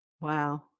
Wow